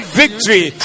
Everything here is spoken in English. victory